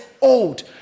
old